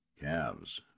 Calves